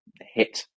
hit